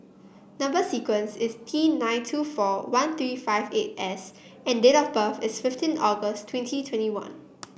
number sequence is T nine two four one three five eight S and date of birth is fifteen August twenty twenty one